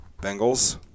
Bengals